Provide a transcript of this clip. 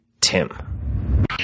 Tim